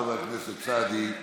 חבר הכנסת סעדי,